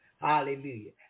Hallelujah